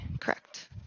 Correct